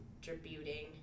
distributing